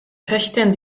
töchtern